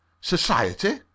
Society